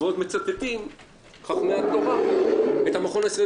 ועוד מצטטים חכמי התורה את המכון הישראלי